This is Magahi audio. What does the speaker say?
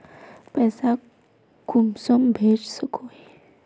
पैसा कुंसम भेज सकोही?